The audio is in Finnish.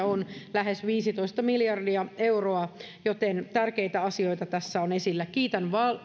on lähes viisitoista miljardia euroa joten tärkeitä asioita tässä on esillä kiitän